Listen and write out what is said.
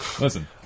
listen